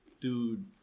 dude